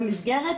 באמת,